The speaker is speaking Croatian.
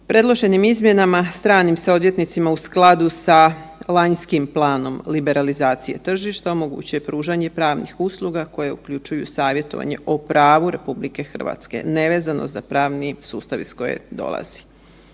Predloženim izmjenama stranim se odvjetnicima u skladu sa lanjskim planom liberalizacije tržišta omogućuje pružanje pravnih usluga koje uključuju savjetovanje o pravu RH nevezano za pravni sustav iz kojeg dolazi.